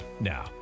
Now